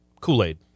Kool-Aid